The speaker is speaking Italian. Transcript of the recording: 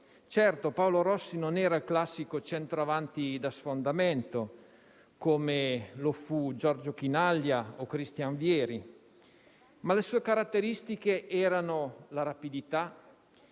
Certo, Paolo Rossi non era il classico centravanti da sfondamento come lo furono Giorgio Chinaglia o Christian Vieri, ma le sue caratteristiche erano la rapidità,